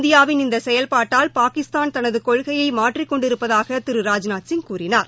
இந்தியாவின் இந்த செயல்பாட்டால் பாகிஸ்தான் தனது கொள்கையை மாற்றிக் கொண்டிருப்பதாக திரு ராஜ்நாத்சிங் கூறினார்